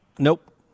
Nope